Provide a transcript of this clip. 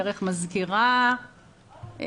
דרך מזכירה,